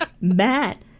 Matt